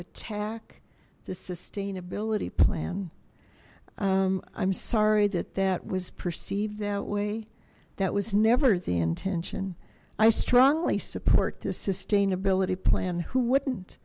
attack the sustainability plan i'm sorry that that was perceived that way that was never the intention i strongly support the sustainability plan who wouldn't